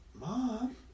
Mom